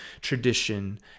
tradition